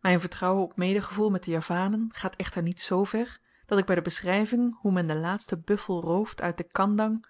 myn vertrouwen op medegevoel met de javanen gaat echter niet z ver dat ik by de beschryving hoe men den laatsten buffel rooft uit den kendang